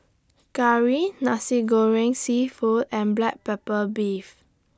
Curry Nasi Goreng Seafood and Black Pepper Beef